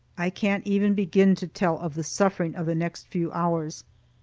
i can't even begin to tell of the suffering of the next few hours.